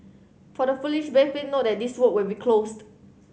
for the foolish brave been note that these road will be closed